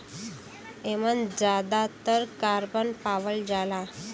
एमन जादातर कारबन पावल जाला